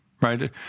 right